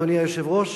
אדוני היושב-ראש,